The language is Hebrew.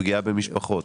פגיעה במשפחות,